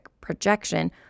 projection